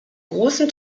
großen